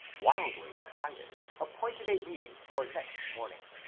wildly excited, appointed a meeting for next morning.